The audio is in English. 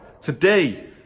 today